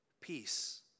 Peace